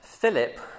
Philip